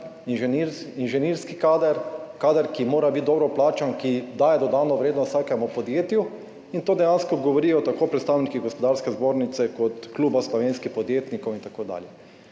inženirski kader, kader, ki mora biti dobro plačan, ki daje dodano vrednost vsakemu podjetju, in to dejansko govorijo tako predstavniki Gospodarske zbornice kot Kluba slovenskih podjetnikov in tako dalje.